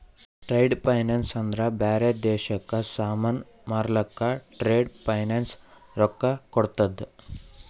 trade finance ಅಂದ್ರ ಬ್ಯಾರೆ ದೇಶಕ್ಕ ಸಾಮಾನ್ ಮಾರ್ಲಕ್ ಟ್ರೇಡ್ ಫೈನಾನ್ಸ್ ರೊಕ್ಕಾ ಕೋಡ್ತುದ್